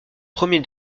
premier